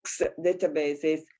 databases